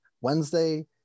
Wednesday